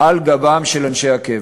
על גבם של אנשי הקבע.